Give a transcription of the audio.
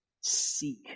seek